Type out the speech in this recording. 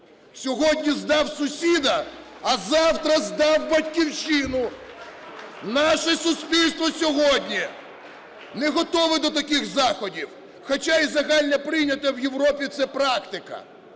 Сьогодні здав сусіда, а завтра здав Батьківщину. Наше суспільство сьогодні не готове до таких заходів, хоча і загально прийнята в Європі ця практика.